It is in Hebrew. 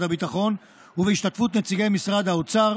הביטחון ובהשתתפות נציגי משרדי האוצר,